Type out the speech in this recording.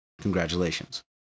Congratulations